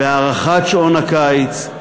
בהארכת שעון הקיץ,